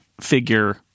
figure